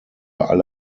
alle